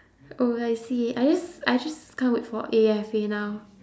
oh I see I just I just can't wait for A_F_A now